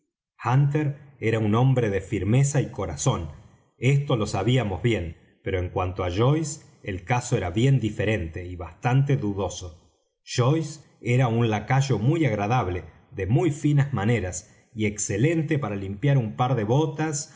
hunter era un hombre de firmeza y corazón esto lo sabíamos bien pero en cuanto á joyce el caso era bien diferente y bastante dudoso joyce era un lacayo muy agradable de muy finas maneras y excelente para limpiar un par de botas